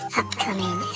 upcoming